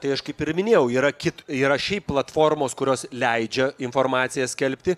tai aš kaip ir minėjau yra kit yra šiaip platformos kurios leidžia informaciją skelbti